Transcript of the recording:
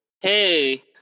hey